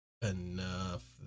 enough